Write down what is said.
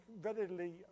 Readily